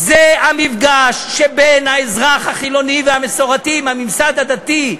זה המפגש שבין האזרח החילוני והמסורתי עם הממסד הדתי.